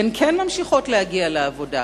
והן כן ממשיכות להגיע לעבודה,